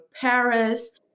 Paris